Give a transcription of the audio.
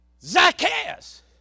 Zacchaeus